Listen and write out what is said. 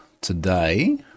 today